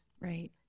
Right